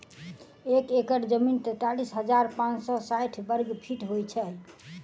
एक एकड़ जमीन तैँतालिस हजार पाँच सौ साठि वर्गफीट होइ छै